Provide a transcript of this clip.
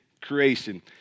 creation